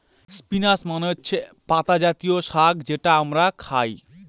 spinach মানে হচ্ছে পাতা জাতীয় শাক যেটা আমরা খায়